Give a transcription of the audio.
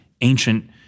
ancient